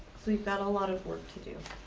we've got a lot of work to do.